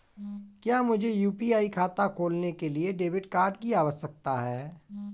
क्या मुझे यू.पी.आई खाता खोलने के लिए डेबिट कार्ड की आवश्यकता है?